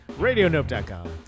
RadioNope.com